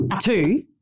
Two